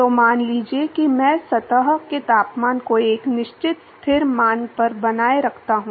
तो मान लीजिए कि मैं सतह के तापमान को एक निश्चित स्थिर मान पर बनाए रखता हूं